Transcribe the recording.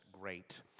great